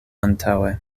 antaŭe